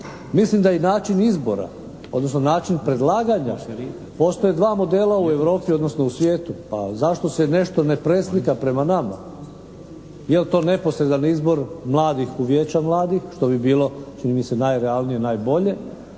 Mislim da i način izbora odnosno način predlaganja, postoje dva modela u Europi odnosno u svijetu pa zašto se ne što ne preslika prema nama? Je li to neposredan izbor mladih u vijeća mladih što bi bilo čini mi se najrealnije i najbolje?